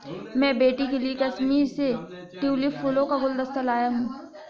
मैं बेटी के लिए कश्मीर से ट्यूलिप फूलों का गुलदस्ता लाया हुं